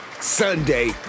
Sunday